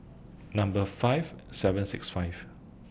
Number five seven six five